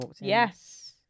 Yes